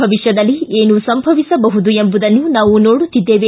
ಭವಿಷ್ಣದಲ್ಲಿ ಏನು ಸಂಭವಿಸಬಹುದು ಎಂಬುದನ್ನು ನಾವು ನೋಡುತ್ತಿದ್ದವೆ